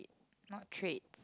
not trait